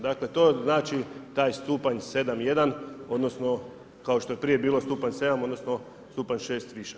Znači to znači taj stupanj 7.1. odnosno, kao što je prije bio stupanj 7, odnosno, stupanj 6 i više.